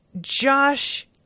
Josh